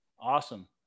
Awesome